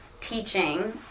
teaching